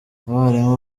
abarimu